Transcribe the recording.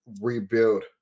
rebuild